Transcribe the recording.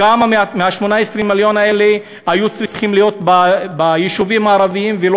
כמה מ-18 המיליון האלה היו צריכים להיות ביישובים הערביים ולא